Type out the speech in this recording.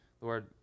Lord